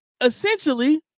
Essentially